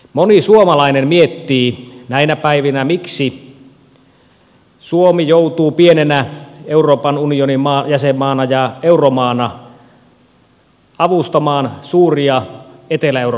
moni suomalainen miettii näinä päivinä miksi suomi joutuu pienenä euroopan unionin jäsenmaana ja euromaana avustamaan suuria etelä euroopan maita